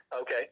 Okay